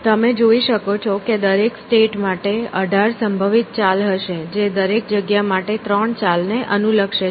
તમે જોઈ શકો છો કે દરેક સ્ટેટ માટે 18 સંભવિત ચાલ હશે જે દરેક જગ્યા માટે 3 ચાલને અનુલક્ષે છે